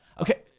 Okay